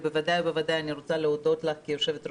ובוודאי ובוודאי אני רוצה להודות לה כיושבת-ראש